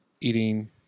eating